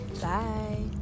bye